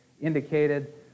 indicated